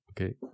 Okay